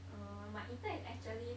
uh my intern is actually